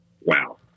Wow